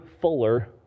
fuller